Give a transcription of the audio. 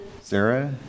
Sarah